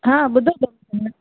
हा ॿुधो